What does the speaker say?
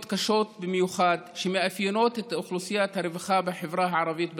קשות במיוחד שמאפיינות את אוכלוסיית הרווחה בחברה הערבית בדרום,